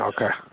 Okay